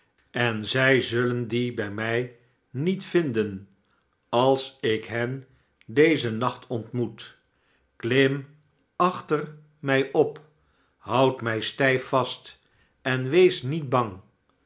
en zij zullen die bij mij niet vinden als ik hen dezen nacht ontmoet khm achter mij op houd mij stijf vast en wees niet bang